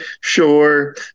sure